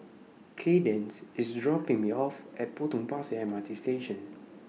Kaydence IS dropping Me off At Potong Pasir M R T Station